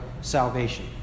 salvation